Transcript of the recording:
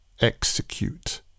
Execute